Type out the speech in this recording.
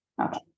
Okay